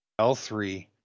L3